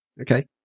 okay